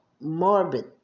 morbid